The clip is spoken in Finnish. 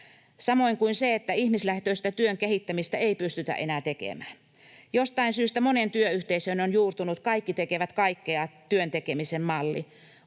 samoin kuin se, että ihmislähtöistä työn kehittämistä ei pystytä enää tekemään. Jostain syystä moneen työyhteisöön on juurtunut kaikki tekevät kaikkea -työn tekemisen malli.